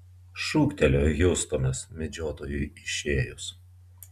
šūktelėjo hiustonas medžiotojui išėjus